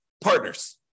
partners